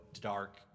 dark